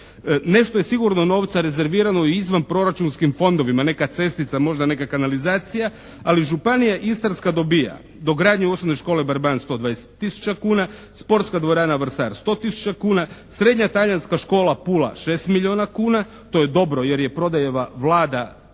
Nešto je sigurno novca rezervirano i izvan proračunskim fondovima. Neka cestica, možda neka kanalizacija ali Županija istarska dobija: dogradnju osnovne škole "Barban" 120 tisuća kuna, sportska dvorana "Vrsar" 100 tisuća kuna, srednja talijanska škola "Pula" 6 milijuna kuna, to je dobro jer je Prodijeva Vlada